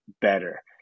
better